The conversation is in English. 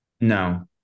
No